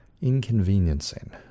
Inconveniencing